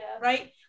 right